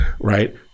Right